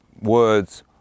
words